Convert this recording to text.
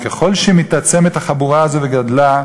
וככל שמתעצמת החבורה הזו וגדלה,